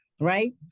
Right